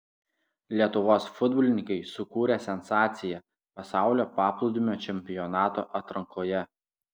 lietuvos futbolininkai sukūrė sensaciją pasaulio paplūdimio čempionato atrankoje